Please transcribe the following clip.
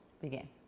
begin